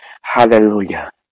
Hallelujah